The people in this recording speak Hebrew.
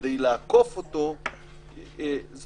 זה